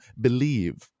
believe